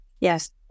yes